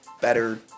better